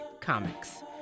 comics